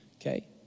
okay